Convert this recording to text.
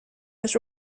was